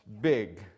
big